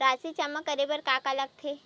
राशि जमा करे बर का का लगथे?